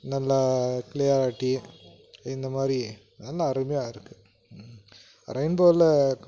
நல்லா க்ளியாரட்டி இந்த மாதிரி நல்ல அருமையாக இருக்குது ம் ரெய்ன்போவில்